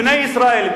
בני ישראל,